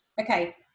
Okay